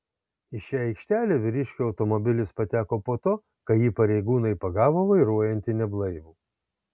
į šią aikštelę vyriškio automobilis pateko po to kai jį pareigūnai pagavo vairuojantį neblaivų